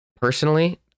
Personally